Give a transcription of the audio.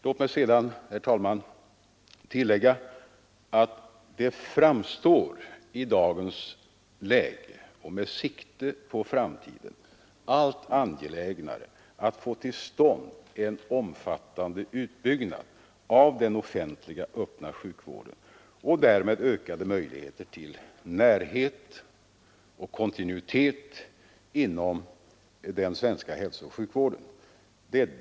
Låt mig sedan, herr talman, tillägga att det i dagens läge och med sikte på framtiden framstår såsom allt angelägnare att få till stånd en omfattande utbyggnad av den offentliga öppna sjukvården och därmed ökade möjligheter till närhet och kontinuitet inom den svenska hälsooch sjukvården.